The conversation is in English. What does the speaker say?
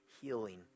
healing